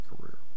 career